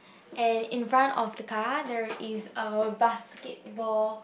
and in front of the car there is a basketball